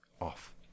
off